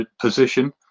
position